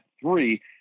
three